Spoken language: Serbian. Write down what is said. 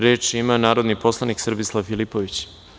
Reč ima narodni poslanik Srbislav Filipović.